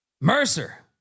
Mercer